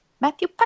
Matthew